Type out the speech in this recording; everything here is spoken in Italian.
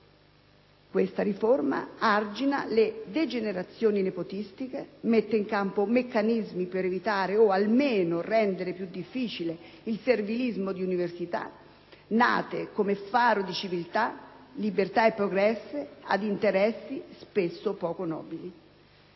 Questa riforma argina le degenerazioni nepotistiche, mette in campo meccanismi per evitare o almeno rendere più difficile il servilismo di università, nate come faro di civiltà, libertà e progresso, ad interessi spesso poco nobili.